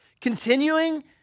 continuing